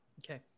Okay